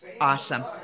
awesome